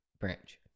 branch